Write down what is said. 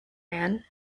man